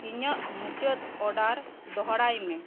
ᱤᱧᱟᱹᱜ ᱢᱩᱪᱟᱹᱫ ᱚᱨᱰᱟᱨ ᱫᱚᱦᱚᱲᱟᱭ ᱢᱮ